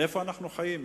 איפה אנחנו חיים?